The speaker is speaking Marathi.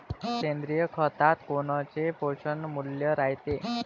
सेंद्रिय खतात कोनचे पोषनमूल्य रायते?